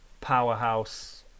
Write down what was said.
Powerhouse